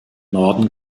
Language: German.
norden